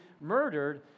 murdered